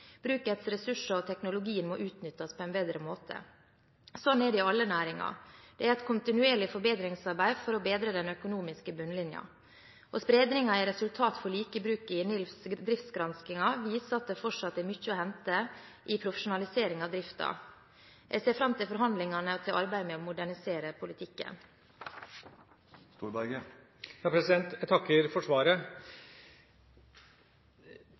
Brukets ressurser og teknologien må utnyttes på en bedre måte. Sånn er det i alle næringer. Det er kontinuerlig forbedringsarbeid for å bedre den økonomiske bunnlinjen. Og spredningen i resultat for like bruk i NILFs driftsgranskinger viser at det fortsatt er mye å hente i profesjonalisering av driften. Jeg ser fram til forhandlingene og til arbeidet med å modernisere politikken. Jeg takker for svaret.